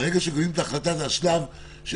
הרגע שמקבלים את ההחלטה זה השלב אחרי